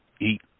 eat